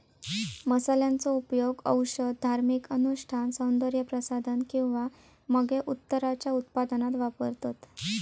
मसाल्यांचो उपयोग औषध, धार्मिक अनुष्ठान, सौन्दर्य प्रसाधन किंवा मगे उत्तराच्या उत्पादनात वापरतत